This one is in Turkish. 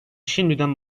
şimdiden